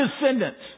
descendants